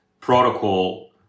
protocol